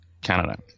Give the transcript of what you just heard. Canada